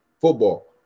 football